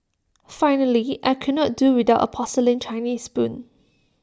finally I could not do without A porcelain Chinese spoon